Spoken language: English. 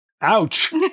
Ouch